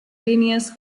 línies